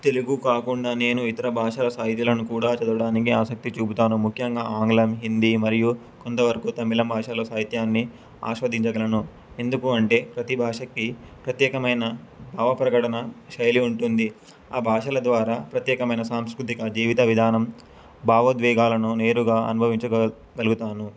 తెలుగు కాకుండా నేను ఇతర భాషల సాహితులను కూడా చదవడానికి ఆసక్తి చూపుతాను ముఖ్యంగా ఆంగ్లం హిందీ మరియు కొంతవరకు తమిళ భాషలో సాహిత్యాన్ని ఆస్వాదించగలను ఎందుకంటే ప్రతి భాషకి ప్రత్యేకమైన భావప్రకటన శైలి ఉంటుంది ఆ భాషల ద్వారా ప్రత్యేకమైన సాంస్కృతిక జీవిత విధానం భావోద్వేగాలను నేరుగా అనుభవించగలుగుతాను